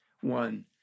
One